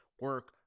Work